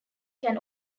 can